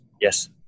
yes